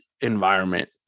environment